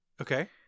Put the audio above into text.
Okay